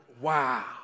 Wow